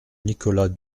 nicolas